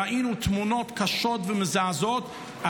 ראינו תמונות קשות ומזעזעות.